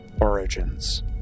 origins